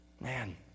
Man